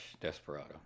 Desperado